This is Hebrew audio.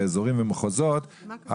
אזורים ומחוזות,